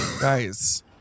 Guys